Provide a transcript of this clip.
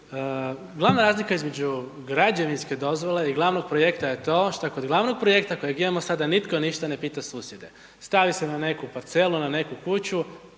Glavna razlika između građevinske dozvole i glavnog projekta je to što kog glavnog projekta kojeg imamo sada nitko ništa ne pita susjede. Stavi se na neku parcelu, na neku kuću,